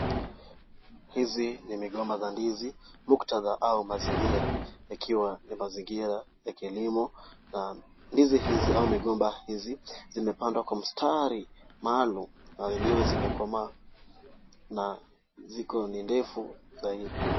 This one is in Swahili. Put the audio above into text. Hizi ni migomba za ndizi muktadha au mazingira nikiwa ni mazingira ya elimu au. Ndizi hizi au migomba hizi zimepangwa kwa mstari maalumu na yenyewe zimekomaa na ziko ni ndefu zaidi.